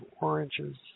oranges